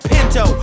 Pinto